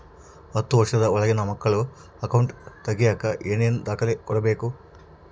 ಹತ್ತುವಷ೯ದ ಒಳಗಿನ ಮಕ್ಕಳ ಅಕೌಂಟ್ ತಗಿಯಾಕ ಏನೇನು ದಾಖಲೆ ಕೊಡಬೇಕು?